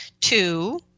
Two